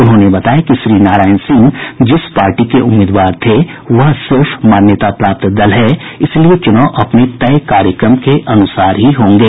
उन्होंने बताया कि श्रीनारायण सिंह जिस पार्टी के उम्मीदवार थे वह सिर्फ मान्यता प्राप्त दल है इसलिए चुनाव अपने तय कार्यक्रम के अनुसार ही होंगे